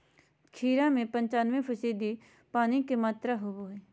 खीरा में पंचानबे फीसदी पानी के मात्रा होबो हइ